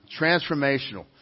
transformational